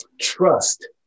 trust